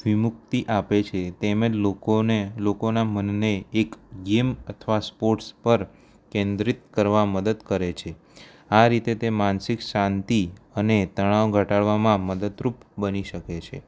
વિમુક્તિ આપે છે તેમજ લોકોને લોકોના મનને એક ગેમ અથવા સ્પોર્ટ્સ પર કેન્દ્રિત કરવા મદદ કરે છે આ રીતે તે માનસિક શાંતિ અને તણાવ ઘટાડવામાં મદદરૂપ બની શકે છે